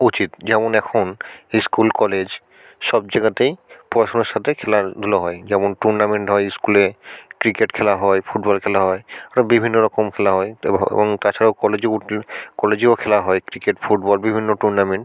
উচিত যেমন এখন স্কুল কলেজ সব জায়গাতেই পড়াশুনার সাথে খেলাধুলো হয় যেমন টুর্নামেন্ট হয় স্কুলে ক্রিকেট খেলা হয় ফুটবল খেলা হয় আরও বিভিন্ন রকম খেলা হয় এবং তাছাড়াও কলেজে উঠ কলেজেও খেলা হয় ক্রিকেট ফুটবল বিভিন্ন টুর্নামেন্ট